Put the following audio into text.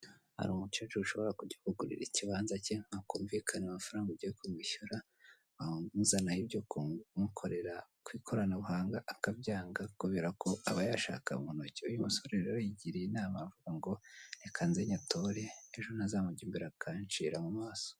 Hari umukecuru ushobora kujya kugurira ikibanza cye, mwakumvikana amafaranga ugiye kumwishyura, wamuzanaho ibyo kumukorera ku ikoranabuhanga akabyanga kubera ko aba ayashaka mu ntoki. Uyu musore rero yigiriye inama aravuga ngo reka nze nyatore, ejo ntazamujya imbere akanshira mu maso.